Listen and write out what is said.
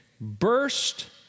burst